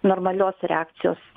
normalios reakcijos